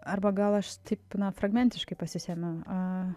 arba gal aš taip na fragmentiškai pasisemiu a